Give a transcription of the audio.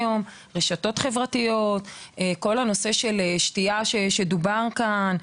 רשתות חברתיות ונושא השתייה המתוקה שדובר פה.